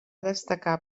destacar